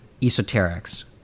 esoterics